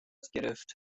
گرفت